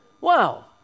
Wow